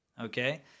Okay